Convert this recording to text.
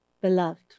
beloved